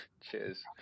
Cheers